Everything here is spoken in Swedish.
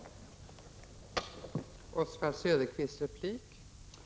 19 november 1986